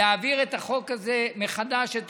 להעביר בחוק הזה מחדש את